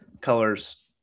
colors